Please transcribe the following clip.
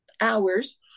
hours